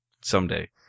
someday